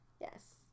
Yes